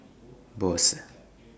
Bose